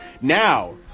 Now